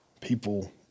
people